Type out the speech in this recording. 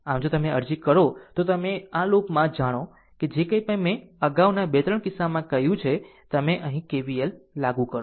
આમ જો તમે અરજી કરો છો તો તમે આ લૂપમાં જાણો જે કંઇ મેં અગાઉના 2 3 કેસોમાં કહ્યું છે તમે અહીં KVL લાગુ કરો